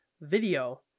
video